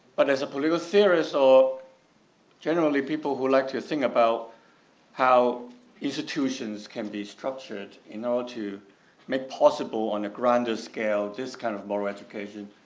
but as a political theorists or generally people who like to think about how institutions can be structured in order to make possible on a grander scale, this kind of moral education.